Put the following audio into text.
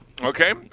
Okay